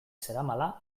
zeramala